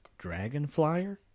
Dragonflyer